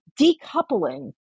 decoupling